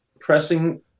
pressing